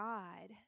God